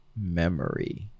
memory